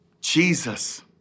Jesus